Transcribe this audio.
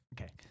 okay